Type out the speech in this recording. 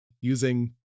using